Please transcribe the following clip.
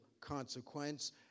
consequence